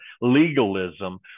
legalism